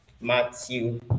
matthew